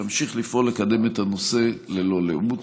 והוא ימשיך לפעול לקדם את הנושא ללא לאות.